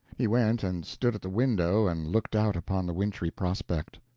he went and stood at the window and looked out upon the wintry prospect.